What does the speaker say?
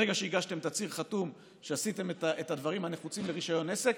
ברגע שהגשתם תצהיר חתום שעשיתם את הדברים הנחוצים לרישיון עסק,